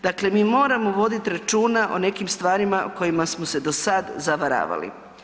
Dakle, mi moramo voditi računa o nekim stvarima o kojima smo se do sada zavaravali.